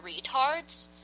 retards